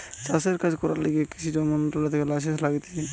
চাষের কাজ করার লিগে কৃষি মন্ত্রণালয় থেকে লাইসেন্স লাগতিছে